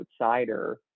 outsider